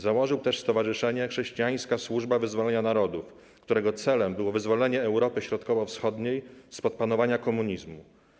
Założył też stowarzyszenie Chrześcijańska Służba Wyzwolenia Narodów, którego celem było wyzwolenie Europy Środkowo-Wschodniej spod panowania komunizmu.